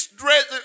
dress